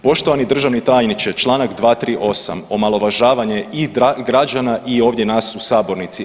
Poštovani državni tajniče, čl. 238, omalovažavanje i građana i ovdje nas u sabornici.